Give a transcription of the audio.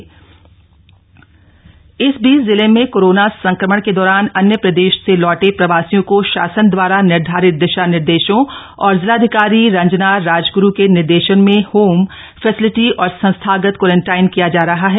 प्रवासी बागेश्वर इस बीच जिले में कोरोना संक्रमण के दौरान अन्य प्रदेश से लौटे प्रवासियों को शासन द्वारा निर्धारित दिशा निर्देशों और जिलाधिकारी रंजना राजगुरू के निर्देशन में होम फैसिलिटी और संस्थागत क्वारंटाइन किया जा रहा है